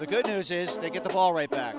the good news is they get the ball right back